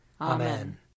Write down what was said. Amen